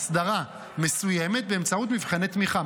אסדרה, מסוימת, באמצעות מבחני תמיכה.